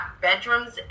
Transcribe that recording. bedrooms